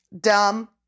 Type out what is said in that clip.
dumb